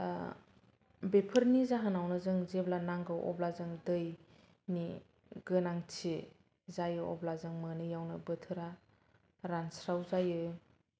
बेफोरनि जाहोनावनो जों जेब्ला नांगौ अब्ला दैनि गोनांथि जायो अब्ला जों मोनियावनो बोथोरा रानस्राव जायो